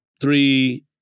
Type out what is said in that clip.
three